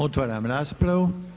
Otvaram raspravu.